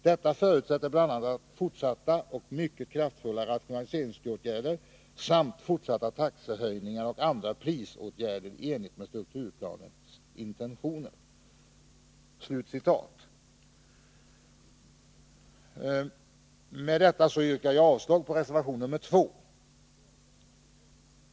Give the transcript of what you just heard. Detta förutsätter bl.a. fortsatta och mycket kraftfulla rationaliseringsåtgärder samt fortsatta taxehöjningar och andra prisåtgärder i enlighet med strukturplanens intentioner.” Med detta yrkar jag avslag på reservation 2.